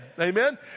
Amen